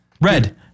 Red